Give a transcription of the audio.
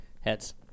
heads